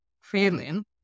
feeling